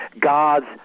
God's